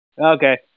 okay